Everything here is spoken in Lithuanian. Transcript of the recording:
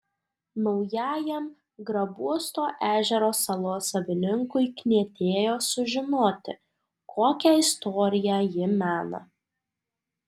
naujajam grabuosto ežero salos savininkui knietėjo sužinoti kokią istoriją ji mena